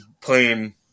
playing